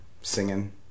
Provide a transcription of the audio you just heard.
singing